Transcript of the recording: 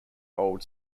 old